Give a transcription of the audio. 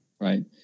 right